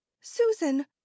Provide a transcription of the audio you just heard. Susan